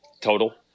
total